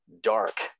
dark